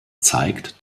zeigt